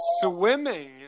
Swimming